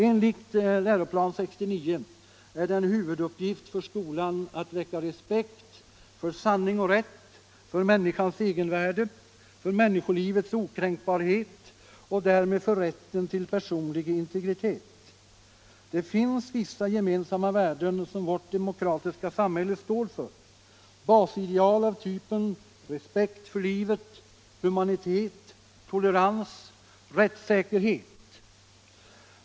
Enligt läroplan för grundskolan är det en huvuduppgift för skolan att väcka respekt för sanning och rätt, för människans egenvärde, för människolivets okränkbarhet och därmed för rätten till personlig integritet. Det finns vissa gemensamma värden som vårt demokratiska samhälle står för: basideal av typen respekt för livet, humanitet, tolerans, rättssäkerhet.